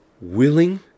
willing